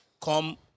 Come